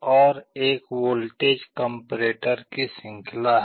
और एक voltage comparator की श्रृंखला है